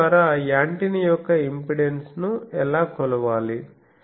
దీని ద్వారా యాంటెన్నా యొక్క ఇంపెడెన్స్ను ఎలా కొలవాలి